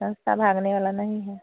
संस्था भागने वाला नहीं है